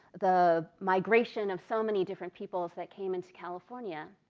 the migration of so many different people that came into california.